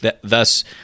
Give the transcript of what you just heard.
thus